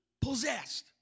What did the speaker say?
possessed